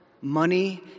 money